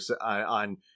on